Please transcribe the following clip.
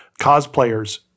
cosplayers